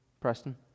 Preston